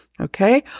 okay